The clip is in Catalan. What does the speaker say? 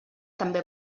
també